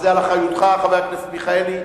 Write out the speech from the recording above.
זה על אחריותך, חבר הכנסת מיכאלי.